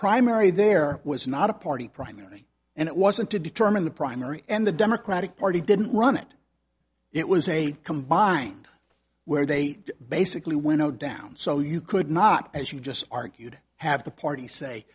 primary there was not a party primary and it wasn't to determine the primary and the democratic party didn't run it it was a combined where they basically winnow down so you could not as you just argued have the party say